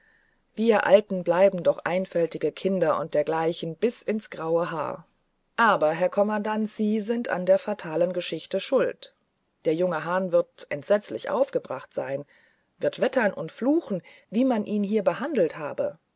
wir alten bleiben doch einfältige kinder und dergleichen bis ins graue haar aber herr kommandant sie sind an den fatalen geschichten schuld der junge hahn wird entsetzlich aufgebracht sein wird wettern und fluchen wie man ihn hier behandelt habe